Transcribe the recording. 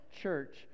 church